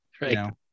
right